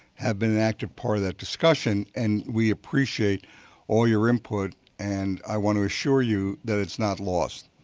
have been an active part of that discussion, and we appreciate all your input and i want to assure you that it's not lost.